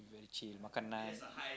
very chill makan naan